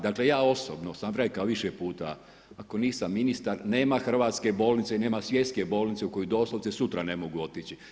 Dakle, ja osobno sam rekao više puta, ako nisam ministar nema hrvatske bolnice, nema svjetske bolnice u koju doslovce sutra ne mogu otići.